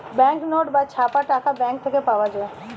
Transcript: bank note বা ছাপা টাকা ব্যাঙ্ক থেকে পাওয়া যায়